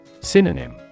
Synonym